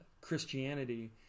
Christianity